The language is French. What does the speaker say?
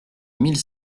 mille